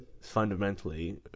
fundamentally